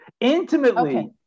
Intimately